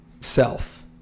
self